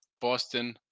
Boston